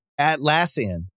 Atlassian